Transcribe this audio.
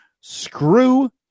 screw